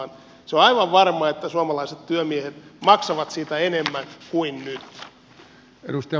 se on aivan varma että suomalaiset työmiehet maksavat siitä enemmän kuin nyt